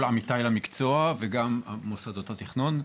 כל עמיתי למקצוע וגם מוסדות התכנון.